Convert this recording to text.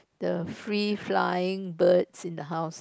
the free flying birds in the house